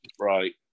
Right